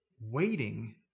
waiting